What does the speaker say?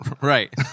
Right